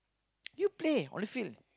you play on the field